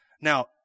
Now